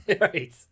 Right